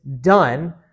done